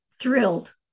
thrilled